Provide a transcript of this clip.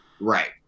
Right